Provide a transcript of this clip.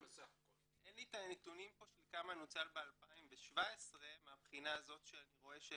אין לי את הנתונים של כמה נוצל ב-2017 מהבחינה הזאת שאני רואה,